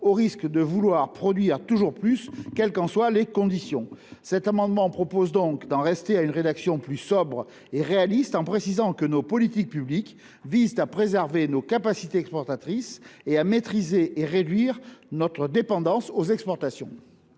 au risque de vouloir produire toujours plus, quelles qu’en soient les conditions. Par cet amendement, nous appelons à en rester à une rédaction plus sobre et réaliste, en précisant que nos politiques publiques visent à préserver nos capacités exportatrices et à maîtriser et réduire notre dépendance aux exportations.